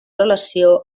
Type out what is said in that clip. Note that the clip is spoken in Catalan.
relació